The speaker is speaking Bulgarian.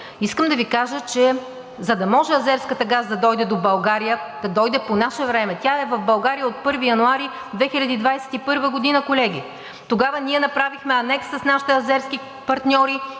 Искам да Ви кажа, че за да може азерският газ да дойде до България, да дойде по наше време – той е в България от 1 януари 2021 г., колеги. Тогава ние направихме анекса с нашите азерски партньори,